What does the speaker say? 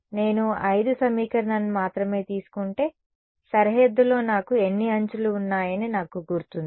నేను 5 సమీకరణాన్ని మాత్రమే తీసుకుంటే సరిహద్దులో నాకు ఎన్ని అంచులు ఉన్నాయని నాకు గుర్తుంది